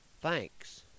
Thanks